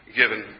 given